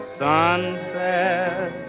sunset